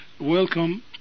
Welcome